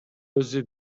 өзү